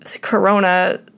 corona